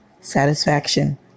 satisfaction